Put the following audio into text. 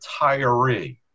retiree